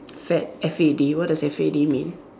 fad F A D what does F A D mean